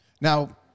Now